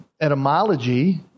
etymology